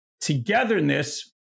togetherness